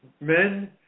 men